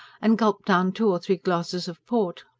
and gulped down two or three glasses of port.